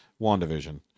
WandaVision